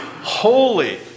holy